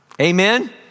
Amen